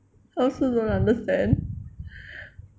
I also don't understand